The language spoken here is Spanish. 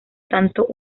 tanto